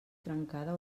trencada